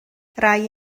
rai